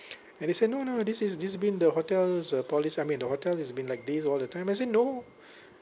and he said no no this is this been the hotel's uh polic~ I mean the hotel has been like this all the time I said no